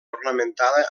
ornamentada